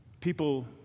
People